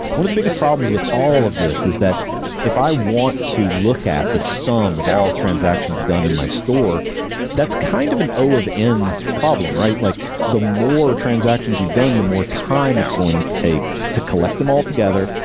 one of the biggest problems with all of this is that if i want to look at the sum of all transactions done in my store that's kind of an o of n problem, right? like the more transactions you've done, the more time it's going to take to collect them all together,